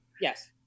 Yes